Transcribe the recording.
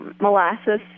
molasses